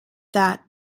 that